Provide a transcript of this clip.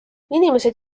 inimesed